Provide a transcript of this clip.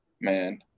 man